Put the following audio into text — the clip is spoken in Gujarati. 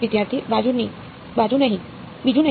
વિદ્યાર્થી બીજું નહીં